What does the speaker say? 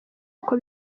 uko